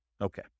Okay